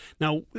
Now